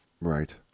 Right